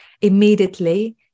immediately